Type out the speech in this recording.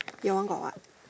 you one got what